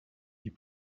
you